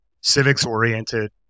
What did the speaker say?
civics-oriented